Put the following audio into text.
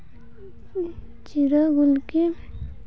ᱡᱤᱨᱟᱹ ᱜᱩᱞᱠᱤ